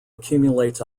accumulates